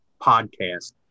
podcast